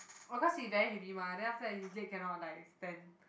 oh cause he very heavy mah then after that his legs cannot like stand